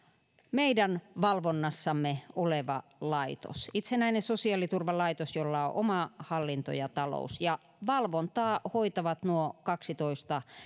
meidän valvonnassamme oleva laitos itsenäinen sosiaaliturvalaitos jolla on oma hallinto ja talous ja valvontaa hoitavat nuo kahdentoista